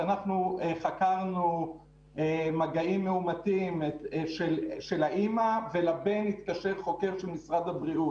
שאנחנו חקרנו מגעים מאומתים של האימא ולבן התקשר חוקר של משרד הבריאות.